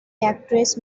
actress